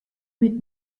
mit